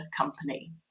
company